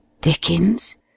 dickens